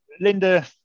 Linda